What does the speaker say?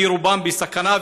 רובם בסכנה,